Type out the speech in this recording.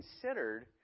considered